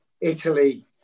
Italy